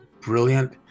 brilliant